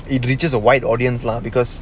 it reaches a wide audience lah because